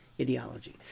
ideology